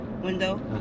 Window